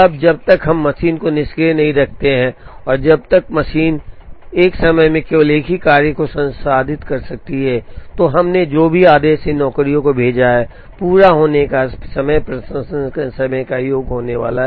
अब जब तक हम मशीन को निष्क्रिय नहीं रखते हैं और जब तक मशीन एक समय में केवल एक ही कार्य को संसाधित कर सकती है तो हमने जो भी आदेश इन नौकरियों को भेजा है पूरा होने का समय प्रसंस्करण समय का योग होने वाला है